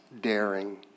daring